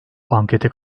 ankete